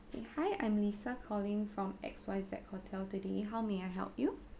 hi I'm lisa calling from X Y Z hotel today how may I help you